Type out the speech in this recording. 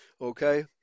Okay